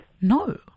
No